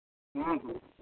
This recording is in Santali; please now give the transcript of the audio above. ᱦᱮᱸ ᱦᱮᱸ